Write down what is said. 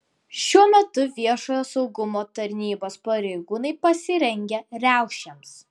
šiuo metu viešojo saugumo tarnybos pareigūnai pasirengę riaušėms